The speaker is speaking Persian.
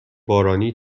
بارانی